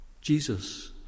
Jesus